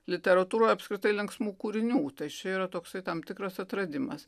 literatūroje apskritai linksmų kūrinių tad čia yra toksai tam tikras atradimas